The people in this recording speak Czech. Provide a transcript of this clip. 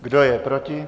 Kdo je proti?